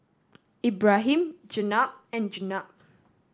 Ibrahim Jenab and Jenab